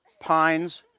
pines,